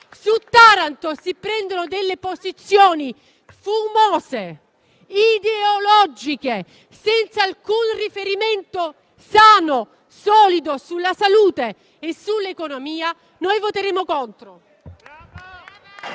su Taranto si prendono delle posizioni fumose, ideologiche e senza alcun riferimento sano e solido sulla salute e sull'economia, noi voteremo contro.